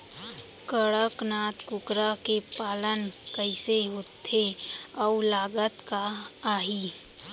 कड़कनाथ कुकरा के पालन कइसे होथे अऊ लागत का आही?